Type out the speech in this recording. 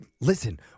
Listen